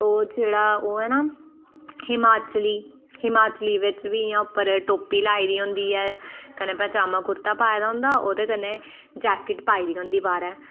ओह् जेह्ड़ा ओह् ऐ ना हिमाचली हिमाचली बिच्च बी इयां उप्पर टोपी लाई दी होंदी ऐ कन्नै पजामा कुर्ता पाए दा होंदा ओह्दे कन्नै जैकेट पाई दी होंदी बाह्रें